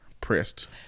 pressed